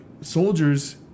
soldiers